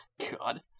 God